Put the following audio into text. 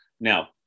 now